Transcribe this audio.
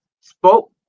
Spoke